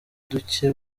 duke